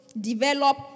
develop